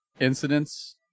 incidents